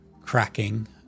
cracking